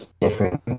different